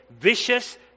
vicious